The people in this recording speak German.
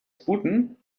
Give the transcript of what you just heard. sputen